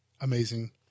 Amazing